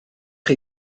chi